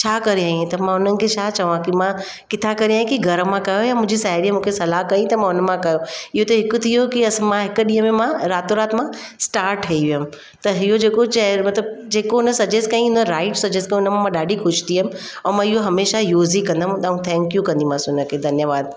छा करे आई आहे त मां उन्हनि खे छा चवां की मां किथां करे आई आहियां की मां घर मां कयो की मुंहिंजी साहिड़ीअ मूंखे सलाह कई त मां उन मां कयो इहो त हिकु थी वियो की असां मां हिकु ॾींहं में मां रातोराति मां स्टार ठही वियमि त इहो जेको चेह मतिलबु जेको उन सजेस्ट कईं उन राइट सजेस्ट कयो त उन मां ॾाढी ख़ुशि थी वियमि ऐं मां इहो हमेशा यूज़ ई कंदमि ऐं थैंक्यू कंदीमांसि उन खे धन्यवाद